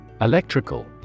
Electrical